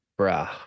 bruh